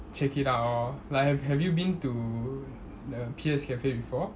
check it out lor like have have you been to the P_S cafe before